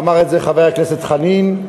אמר את זה חבר הכנסת חנין,